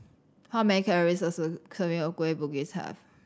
how many calories does a of Kueh Bugis have